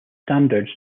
standards